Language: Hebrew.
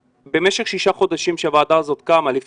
במשך שישה חודשים שהוועדה הזאת קיימת לא